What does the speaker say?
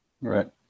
Right